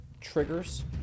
triggers